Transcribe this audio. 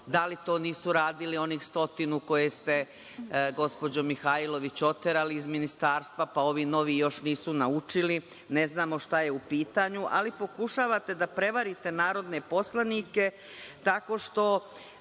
da li to nisu radili onih stotinu, koje ste gospođo Mihajlović oterali iz ministarstva, pa ovi novi još nisu naučili, ne znamo šta je u pitanju, ali pokušavate da prevarite narodne poslanike tako što